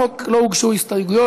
לחוק לא הוגשו הסתייגויות,